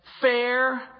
Fair